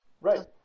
right